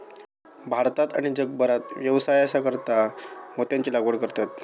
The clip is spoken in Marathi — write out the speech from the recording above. भारतात आणि जगभरात व्यवसायासाकारता मोत्यांची लागवड करतत